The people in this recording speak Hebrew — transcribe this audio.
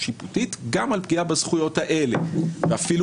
שיפוטית גם על פגיעה בזכויות האלה ואפילו